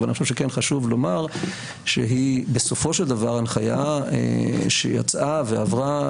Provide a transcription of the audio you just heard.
אבל אני חושב שכן חשוב לומר שהיא בסופו של דבר הנחיה שיצאה ועברה